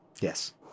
Yes